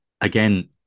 again